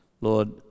Lord